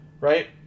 right